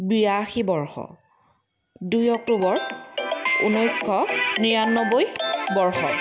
বিৰাশী বৰ্ষ দুই অক্টোবৰ ঊনৈছশ নিৰানব্বৈ বৰ্ষ